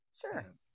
Sure